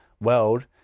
world